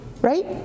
Right